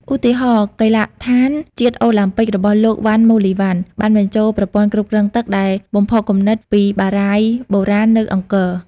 ឧទាហរណ៍កីឡដ្ឋានជាតិអូឡាំពិករបស់លោក វណ្ណ ម៉ូលីវណ្ណ បានបញ្ចូលប្រព័ន្ធគ្រប់គ្រងទឹកដែលបំផុសគំនិតពីបារាយណ៍បុរាណនៅអង្គរ។